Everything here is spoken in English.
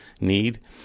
need